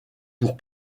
pour